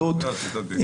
שתתייחס.